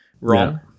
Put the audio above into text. wrong